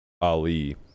Ali